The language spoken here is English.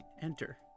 Enter